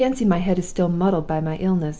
i fancy my head is still muddled by my illness.